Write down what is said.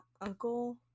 uncle –